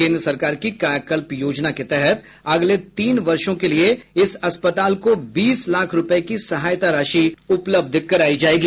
केन्द्र सरकार की कायाकल्प योजना के तहत अगले तीन वर्षो के लिए अस्पताल को बीस लाख रुपये की सहायता राशि उपलब्ध करायी जायेगी